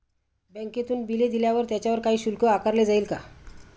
बँकेतून बिले दिल्यावर त्याच्यावर काही शुल्क आकारले जाईल का?